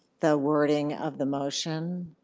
the wording of the motion?